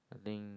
I think